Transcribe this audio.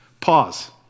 Pause